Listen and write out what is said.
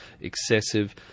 excessive